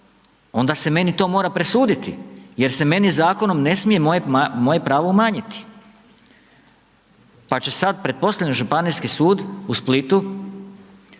onda se meni to mora presuditi jer se meni zakonom ne smije moje pravo umanjiti pa će sad pretpostavljam Županijski sud u Splitu